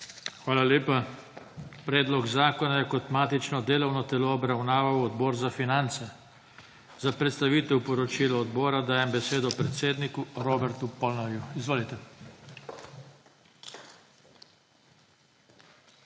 Hvala lepa. Predlog zakona je kot matično delovno telo obravnaval Odbor za finance. Za predstavitev poročila odbora dajem besedo predsedniku Robertu Polnarju. Izvolite.